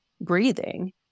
breathing